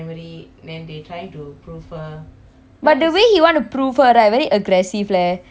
but the way he want to prove her right very aggressive leh he like pulling her hand all like bro